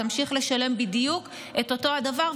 היא תמשיך לשלם בדיוק אותו הדבר.